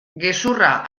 gezurra